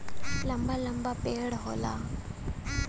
लंबा लंबा पेड़ होला